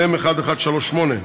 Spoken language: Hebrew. מ/1138,